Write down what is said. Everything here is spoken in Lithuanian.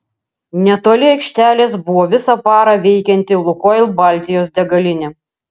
netoli aikštelės buvo visą parą veikianti lukoil baltijos degalinė